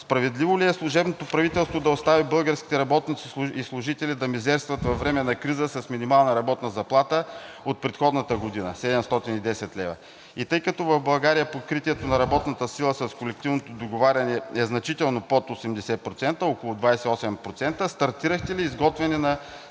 Справедливо ли е служебното правителство да остави българските работници и служители да мизерстват във време на криза с минимална работна заплата от предходната година – 710 лв.? Тъй като в България покритието на работната сила с колективното договаряне е значително под 80% – около 28%, стартирахте ли изготвяне на